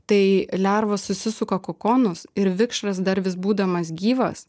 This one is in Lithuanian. tai lerva susisuka kokonus ir vikšras dar vis būdamas gyvas